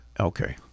Okay